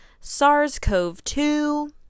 SARS-CoV-2